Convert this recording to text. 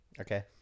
Okay